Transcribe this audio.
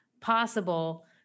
possible